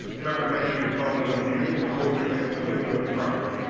remember to make sure your phone is un-muted and record your name clearly when prompted.